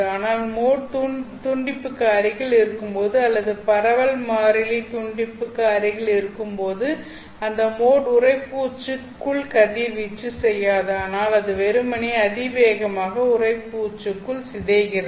ஆனால் மோட் துண்டிப்புக்கு அருகில் இருக்கும்போது அல்லது பரவல் மாறிலி துண்டிப்புக்கு அருகில் இருக்கும்போதும் அந்த மோட் உறைப்பூச்சுக்குள் கதிர்வீச்சு செய்யாது ஆனால் அது வெறுமனே அதிவேகமாக உறைப்பூச்சுக்குள் சிதைகிறது